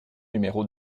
numéro